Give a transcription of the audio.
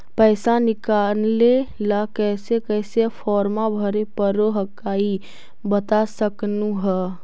पैसा निकले ला कैसे कैसे फॉर्मा भरे परो हकाई बता सकनुह?